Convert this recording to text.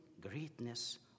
greatness